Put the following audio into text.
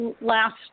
last